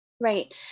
Right